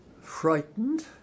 frightened